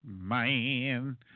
man